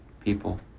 people